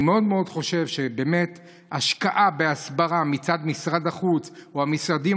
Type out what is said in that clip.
אני חושב שבאמת השקעה בהסברה מצד משרד החוץ או המשרדים